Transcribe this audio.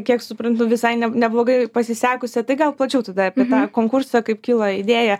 kiek suprantu visai ne neblogai pasisekusią tai gal plačiau tada apie tą konkursą kaip kilo idėja